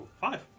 five